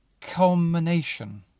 culmination